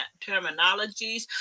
terminologies